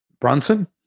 Brunson